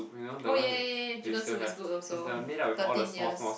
oh ya ya ya ya chicken soup is good also thirteen years